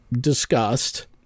discussed